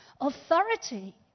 authority